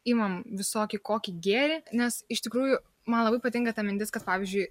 imam visokį kokį gėrį nes iš tikrųjų man labai patinka ta mintis kad pavyzdžiui